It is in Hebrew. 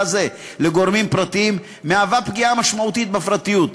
זה לגורמים פרטיים מהוות פגיעה משמעותית בפרטיות.